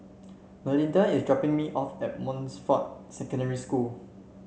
Melinda is dropping me off at Montfort Secondary School